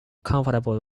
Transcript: comfortable